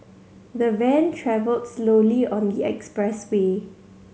the van travelled slowly on the expressway